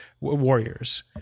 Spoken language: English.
warriors